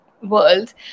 world